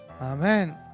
Amen